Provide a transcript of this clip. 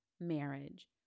marriage